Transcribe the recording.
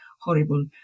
horrible